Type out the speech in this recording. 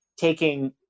taking